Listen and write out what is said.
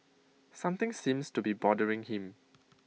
something seems to be bothering him